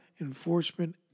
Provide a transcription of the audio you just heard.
Enforcement